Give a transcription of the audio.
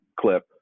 clip